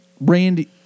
Randy